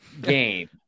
game